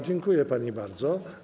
Dziękuję pani bardzo.